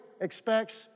expects